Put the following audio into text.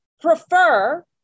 prefer